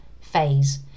phase